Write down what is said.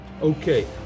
Okay